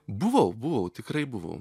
buvau buvau tikrai buvau